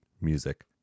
music